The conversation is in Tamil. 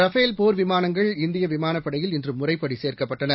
ரஃபேல் போர் விமானங்கள் இந்திய விமானப்படையில் இன்று முறைப்படி சேர்க்கப்பட்டன